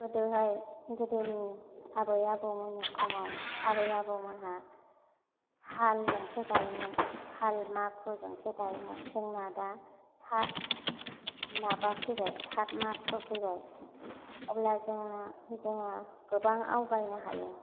गोदोहाय गोदोनि आबै आबौमोननि समाव आबै आबौमोनहा सालजोंसो दायोमोन साल माखुजोंसो दायोमोन जोंना दा थाद माबा फैबाय थाद माखु फैबाय अब्ला जोङो जोङो गोबां आवगायनो हायो